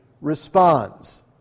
responds